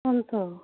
কোনটো